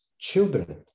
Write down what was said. Children